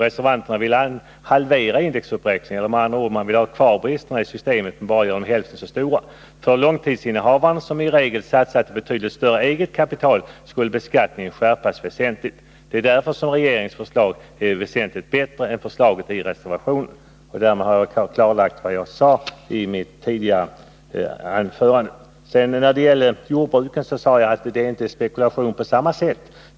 Reservanterna vill halvera indexberäkningen, dvs. behålla systemets brister men göra dem hälften så stora. För långsiktsinnehavaren, som i regel satsat betydligt större eget kapital, skulle beskattningen skärpas väsentligt. Det är därför som regeringens förslag är betydligt bättre än reservanternas. Därmed har jag klarlagt vad jag sade i mitt tidigare anförande. När det gällde jordbruken sade jag att det inte på samma sätt är fråga om spekulation.